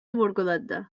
vurguladı